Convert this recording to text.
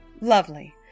Lovely